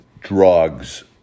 drugs